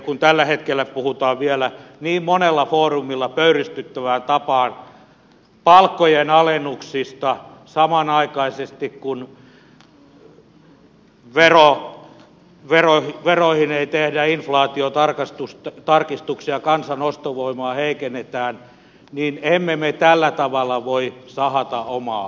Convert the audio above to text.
kun tällä hetkellä puhutaan vielä niin monella foorumilla pöyristyttävään tapaan palkkojen alennuksista samanaikaisesti kun veroihin ei tehdä inflaatiotarkistuksia ja kansan ostovoimaa heikennetään niin emme me tällä tavalla voi sahata omaa oksaamme